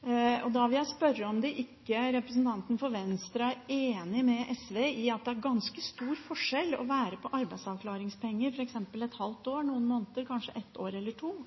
Da vil jeg spørre om ikke representanten for Venstre er enig med SV i at det er ganske stor forskjell på det å være på arbeidsavklaringspenger f.eks. et halvt år, noen måneder, kanskje et år eller to,